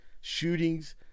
shootings